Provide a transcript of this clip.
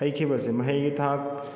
ꯍꯩꯈꯤꯕꯁꯦ ꯃꯍꯩꯒꯤ ꯊꯥꯛ